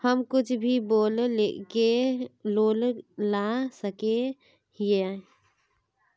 हम कुछ भी बोल के लोन ला सके हिये?